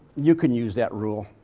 you can use that rule.